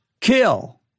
Kill